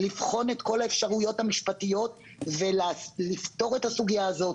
לבחון את כל האפשרויות המשפטיות ולפתור את הסוגיה הזאת,